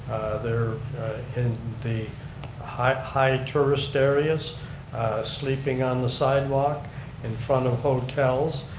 they're in the high high tourist areas sleeping on the sidewalk in front of hotels,